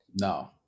no